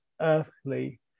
earthly